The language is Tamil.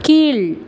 கீழ்